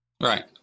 Right